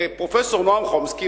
מפרופסור נועם חומסקי,